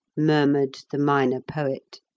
murmured the minor poet.